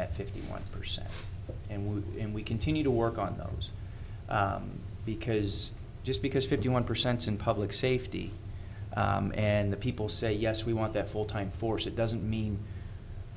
that fifty one percent and with him we continue to work on those because just because fifty one percent in public safety and people say yes we want that full time force it doesn't mean